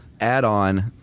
add-on